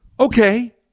Okay